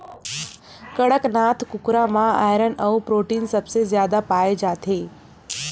कड़कनाथ कुकरा म आयरन अउ प्रोटीन सबले जादा पाए जाथे